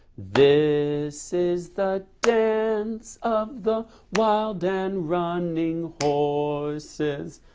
this is the dance of the wild and running horses.